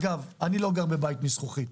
אגב, אני לא גר בבית מזכוכית,